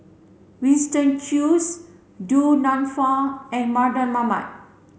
Winston Choos Du Nanfa and Mardan Mamat